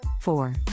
four